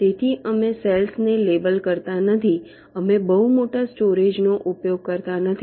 તેથી અમે સેલ્સ ને લેબલ કરતા નથી અમે બહુ મોટા સ્ટોરેજનો ઉપયોગ કરતા નથી